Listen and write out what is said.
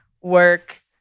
work